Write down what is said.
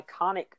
iconic